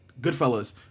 goodfellas